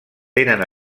tenen